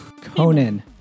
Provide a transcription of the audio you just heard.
conan